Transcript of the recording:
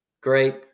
great